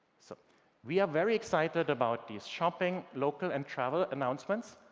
so we are very excited about these shopping, local and travel announcements,